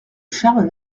charles